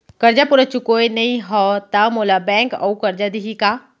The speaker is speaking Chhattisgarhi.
करजा पूरा चुकोय नई हव त मोला बैंक अऊ करजा दिही का?